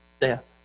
death